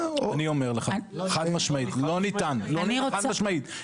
אני אומר לך, חד משמעתית, לא ניתן, חד משמעית.